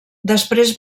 després